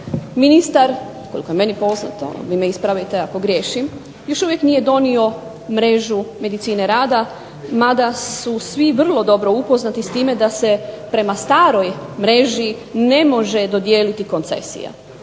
Ministar, koliko je meni poznato vi me ispravite ako griješim, još uvijek nije donio mrežu medicine rada mada su svi vrlo dobro upoznati s time da se prema staroj mreži ne može dodijeliti koncesija